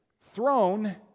Throne